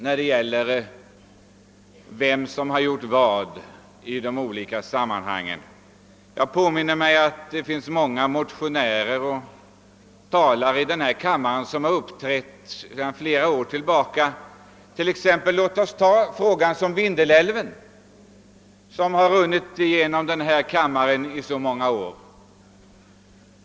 När det gäller vem som har gjort vad i de olika sammanhangen påminner jag mig att många ledamöter har uppträtt som motionärer och talare i miljöfrågor sedan åtskilliga år. Låt oss som exempel ta frågan om Vindelälven, som har runnit genom denna kammare i så många år!